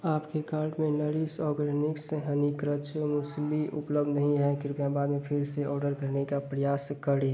आपके कार्ट में Nourish Organics honey crunch muesli उपलब्ध नहीं है कृपया बाद में फिर से ऑर्डर करने का प्रयास करें